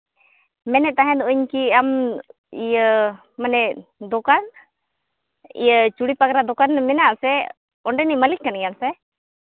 ᱢᱮᱱᱮᱫ ᱛᱟᱦᱮᱸ ᱱᱚᱜ ᱟᱹᱧ ᱠᱤ ᱟᱢ ᱤᱭᱟᱹ ᱢᱟᱱᱮ ᱫᱚᱠᱟᱱ ᱤᱭᱟᱹ ᱪᱩᱲᱤ ᱯᱟᱜᱽᱨᱟ ᱫᱚᱠᱟᱱ ᱢᱮᱱᱟᱜ ᱟᱥᱮ ᱚᱸᱰᱮ ᱱᱤᱡ ᱢᱟᱹᱞᱤᱠ ᱠᱟᱱ ᱜᱮᱭᱟᱢ ᱥᱮ